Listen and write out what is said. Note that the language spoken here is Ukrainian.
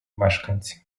мешканці